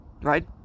right